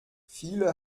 viele